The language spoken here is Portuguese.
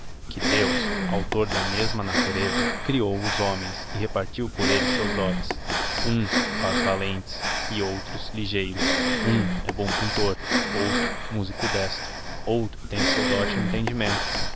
que deos author da mesma natureza creou os homens e repartio por elles seus dotes huns faz valentes e outros ligeiros hum he bom pintor outro musico destro outro tem seu dote no entendimento